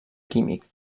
químic